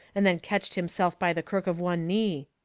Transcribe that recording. and then ketched himself by the crook of one knee.